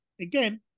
again